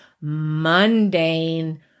mundane